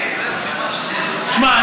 שמע,